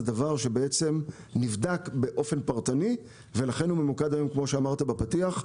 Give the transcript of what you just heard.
זה דבר שבעצם נבדק באופן פרטני ולכן הוא ממוקד היום כמו שאמרת בפתיח,